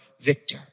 victor